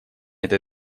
этой